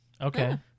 Okay